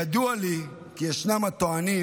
ידוע לי כי ישנם הטוענים